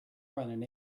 run